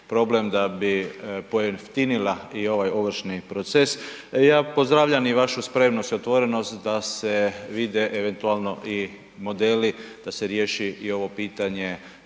da pojeftinila i ovaj ovršni proces. Ja pozdravljam i vašu spremnost i otvorenost da se vide eventualno i modeli da se riješi i ovo pitanje